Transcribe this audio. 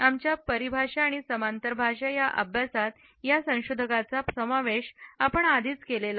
आमच्या परभाषा किंवा समांतर भाषा अभ्यासात या संशोधकांचा समावेश आपण आधीच केलेला आहे